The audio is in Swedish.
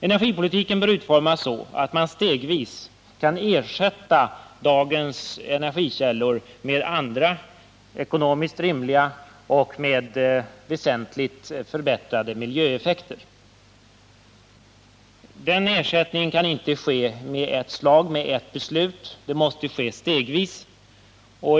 Energipolitiken bör utformas så att man stegvis kan ersätta dagens energikällor med andra som är ekonomiskt rimliga och medför väsentligt förbättrade miljöeffekter. Den ersättningen kan inte ske i ett slag och med ett beslut utan måste ske stegvis.